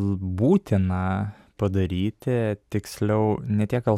būtina padaryti tiksliau ne tiek gal